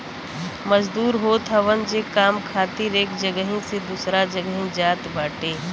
मजदूर होत हवन जे काम खातिर एक जगही से दूसरा जगही जात बाटे